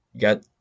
got